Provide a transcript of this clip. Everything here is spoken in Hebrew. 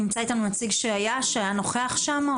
נמצא איתנו נציג שהיה נוכח שם?